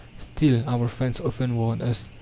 still, our friends often warn us,